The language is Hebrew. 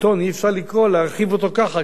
להרחיב אותו ככה כמו באייפון,